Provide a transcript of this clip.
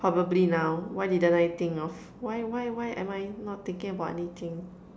probably now why didn't I think of why why why am I not thinking about anything